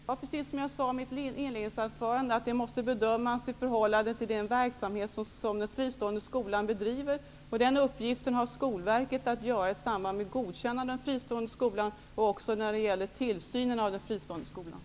Herr talman! Precis som jag sade i mitt inledningsanförande måste en sådan bedömning göras i förhållande till den verksamhet som den fristående skolan bedriver. Det är Skolverkets uppgift, i samband med ett godkännande av en fristående skola, att ta ställning till. Det gäller även tillsynen av den fristående skolan.